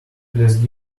please